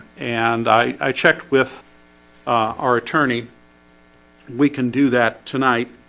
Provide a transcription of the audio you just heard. and i checked with our attorney we can do that tonight,